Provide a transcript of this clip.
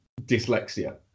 dyslexia